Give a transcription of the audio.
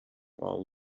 while